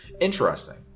Interesting